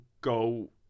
go